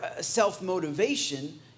self-motivation